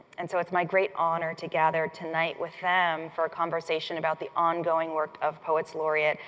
and so, it's my great honor to gather tonight with them for a conversation about the ongoing work of poets laureate,